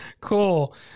cool